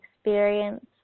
experience